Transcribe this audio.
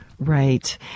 Right